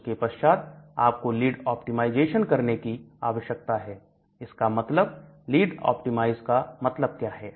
उसके पश्चात आपको लीड ऑप्टिमाइज करने की आवश्यकता है इसका मतलब लीड ऑप्टिमाइज का मतलब क्या है